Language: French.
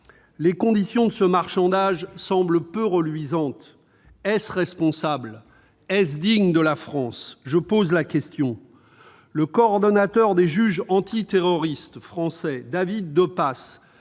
Les conditions de ce marchandage semblent peu reluisantes. Est-ce responsable, est-ce digne de la France ? Je pose la question. Le coordonnateur des juges antiterroristes, David de Pas,